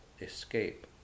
escape